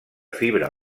fibra